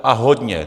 A hodně.